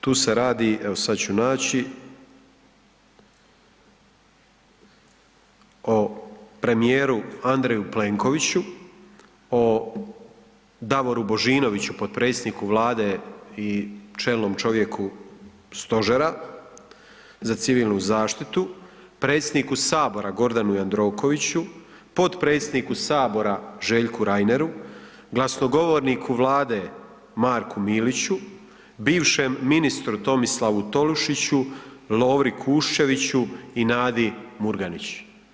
Dakle, tu se radi, evo sad ću naći o premijeru Andreju Plenkoviću, o Davoru Božinoviću potpredsjedniku Vlade i čelnom čovjeku stožera za civilnu zaštitu, predsjedniku sabora Gordanu Jandrokoviću, potpredsjedniku sabora Željku Reineru, glasnogovorniku Vlade Marku Miliću, bivšem ministru Tomislavu Tolušiću, Lovri Kušćeviću i Nadi Murganić.